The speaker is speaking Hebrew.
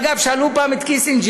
אגב, שאלו פעם את קיסינג'ר,